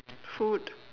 food